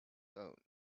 own